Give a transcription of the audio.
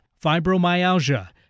fibromyalgia